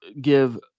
give